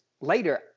later